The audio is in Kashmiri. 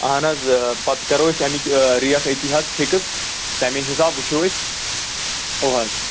اہَن حظ پَتہٕ کَرو أسۍ اَمِچ ریٹ أتی حظ فِکٕس تَمی حِساب وُچھو أسۍ اَوٕ حظ